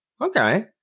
okay